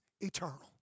eternal